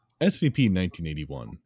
SCP-1981